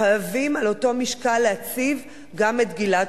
חייבים על אותו משקל להציב גם את גלעד